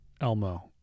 Elmo